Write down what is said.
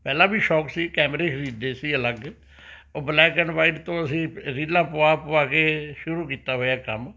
ਪਹਿਲਾਂ ਵੀ ਸ਼ੌਕ ਸੀ ਕੈਮਰੇ ਖਰੀਦਦੇ ਸੀ ਅਲੱਗ ਉਹ ਬਲੈਕ ਐਂਡ ਵਾਈਟ ਤੋਂ ਅਸੀਂ ਰੀਲਾਂ ਪਵਾ ਪਵਾ ਕੇ ਸ਼ੁਰੂ ਕੀਤਾ ਹੋਇਆ ਕੰਮ